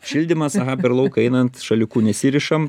šildymas per lauką einant šalikų nesirišam